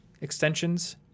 extensions